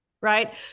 Right